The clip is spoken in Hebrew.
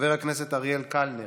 חבר הכנסת אריאל קלנר,